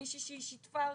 מישהי שהיא שיתפה אותה,